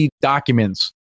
documents